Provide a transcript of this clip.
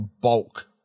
bulk